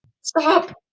stop